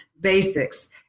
basics